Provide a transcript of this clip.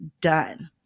done